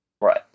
Right